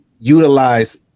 utilize